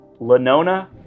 Lenona